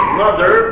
mother